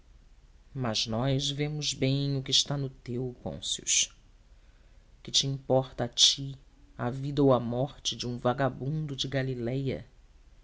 mas nós vemos bem o que está no teu pôncio que te importa a ti a vida ou a morte de um vagabundo de galiléia